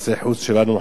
בוודאי עם הוותיקן,